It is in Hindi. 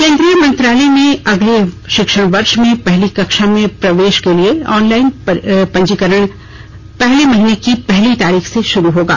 केन्द्रीय विद्यालय में अगले शिक्षण वर्ष में पहली कक्षा में प्रवेश के लिए ऑनलाइन पंजीकरण अगले महीने की पहली तारीख से शुरू होगा